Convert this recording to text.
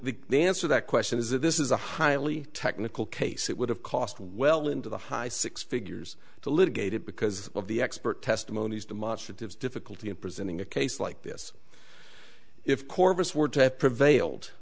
answer that question is that this is a highly technical case it would have cost well into the high six figures to litigate it because of the expert testimony is demonstratives difficulty in presenting a case like this if corvus were to have prevailed